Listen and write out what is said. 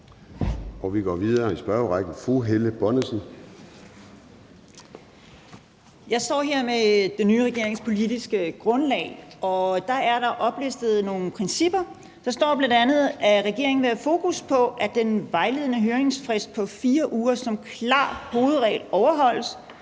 Vi går videre i spørgerrækken. Fru Helle Bonnesen. Kl. 09:55 Helle Bonnesen (KF): Jeg står her med den nye regerings politiske grundlag, og der er oplistet nogle principper. Der står bl.a.: »Regeringen vil derfor have fokus på, at den vejledende høringsfrist på fire uger som klar hovedregel overholdes.«